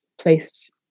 placed